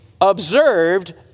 observed